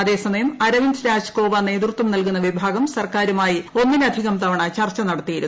അതേസമയം അരവിന്ദ് രാജ് കോവ നേതൃത്വം നൽകുന്ന വിഭാഗം സർക്കാരുമായി ഒന്നിലധികം തവണ ചർച്ച നടത്തിയിരുന്നു